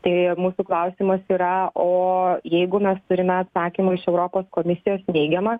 tai mūsų klausimas yra o jeigu mes turime atsakymų iš europos komisijos neigiamą